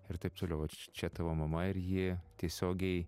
ir taip toliau ir či čia tavo mama ir ji tiesiogiai